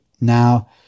now